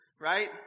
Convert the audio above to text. right